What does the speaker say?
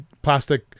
plastic